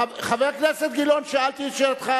חבר הכנסת גילאון, שמעתי את שאלתך.